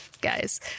guys